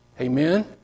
Amen